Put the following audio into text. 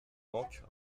manquent